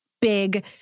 big